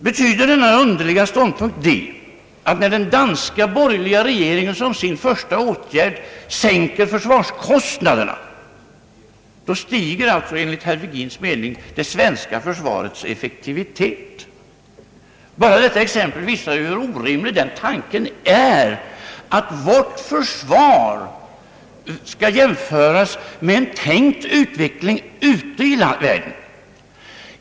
Betyder denna underliga ståndpunkt att när den danska borgerliga regeringen som sin första åtgärd sänker försvarskostnaderna, så stiger alltså enligt herr Virgins mening det svenska försvarets effektivitet? Bara detta exempel visar hur orimlig den tanken är, att vårt försvar skall jämföras med en tänkt utveckling ute i världen.